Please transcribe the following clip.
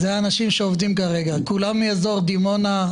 כולם באזור דימונה,